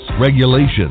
regulations